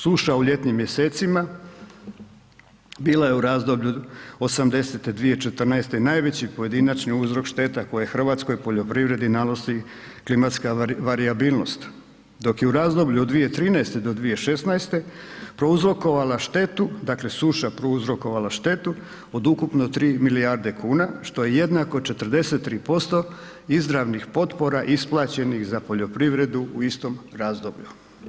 Suša u ljetnim mjesecima bila je u razdoblju '80.-te-2014.-te najveći pojedinačni uzročnik šteta koje hrvatskoj poljoprivredi nanosi klimatska varijabilnost, dok je u razdoblju od 2013.-te do 2016.-te prouzrokovala štetu, dakle suša prouzrokovala štetu od ukupno 3 milijarde kuna što je jednako 43% izravnih potpora isplaćenih za poljoprivredu u istom razdoblju.